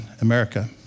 America